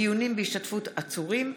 דיונים בהשתתפות עצורים,